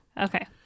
okay